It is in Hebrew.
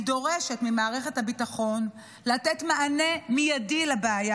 אני דורשת ממערכת הביטחון לתת מענה מיידי לבעיה